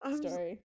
story